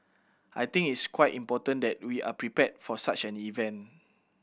I think it's quite important that we are prepared for such an event